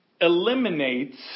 eliminates